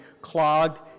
clogged